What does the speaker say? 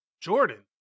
Jordan